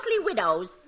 widows